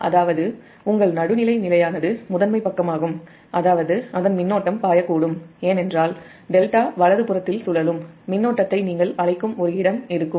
அதாவது உங்கள் நியூட்ரல் நிலையானது முதன்மைப் பக்கமாகும் அதாவது அதன் மின்னோட்டம் பாயக்கூடும் ஏனென்றால் டெல்டா சுழலும் மின்னோட்டத்தை நீங்கள் அழைக்கும் ஒரு இடம் இருக்கும்